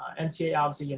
mta, obviously, you know,